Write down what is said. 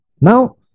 Now